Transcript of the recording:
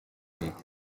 make